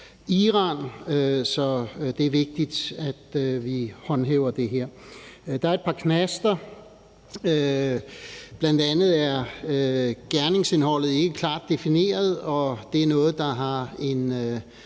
Iran, så det er vigtigt, at vi håndhæver det her. Der er et par knaster. Bl.a. er gerningsindholdet ikke klart defineret, og det er noget, der har en